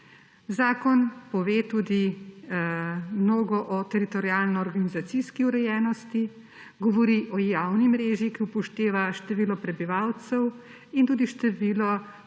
Zakon pove tudi mnogo o teritorialnoorganizacijski urejenosti, govori o javni mreži, ki upošteva število prebivalcev in tudi število prebivalcev,